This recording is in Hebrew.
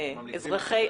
התשפ"א-2022.